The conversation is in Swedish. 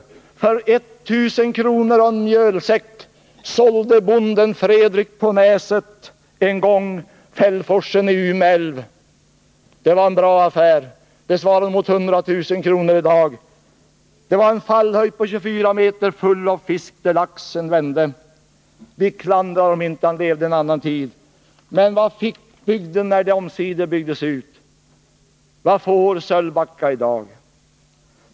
För 1000 kr. och en mjölsäck sålde bonden Fredrik på Näset en gång Fjällforsen i Ume älv. Det var en bra affär — det svarar kanske mot 100 000 kr. i dag. Forsen hade en fallhöjd på 24 meter och den var full av fisk där laxen vände. Vi klandrar honom inte — han levde i en annan tid. Men vad fick bygden när forsen omsider byggdes ut? Vad får Sölvbacka i dag?